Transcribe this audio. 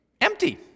Empty